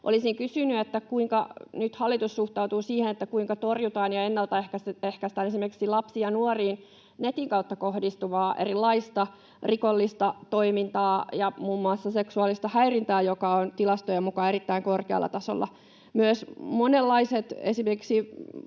Olisin kysynyt: kuinka nyt hallitus suhtautuu siihen, kuinka torjutaan ja ennaltaehkäistään esimerkiksi erilaista lapsiin ja nuoriin netin kautta kohdistuvaa rikollista toimintaa ja muun muassa seksuaalista häirintää, joka on tilastojen mukaan erittäin korkealla tasolla?